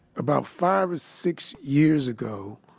about five or six years ago,